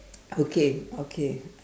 okay okay